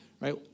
right